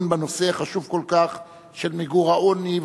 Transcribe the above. בנושא החשוב כל כך של מיגור העוני,